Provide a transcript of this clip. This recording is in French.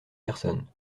personne